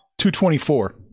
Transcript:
224